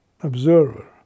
observer